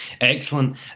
Excellent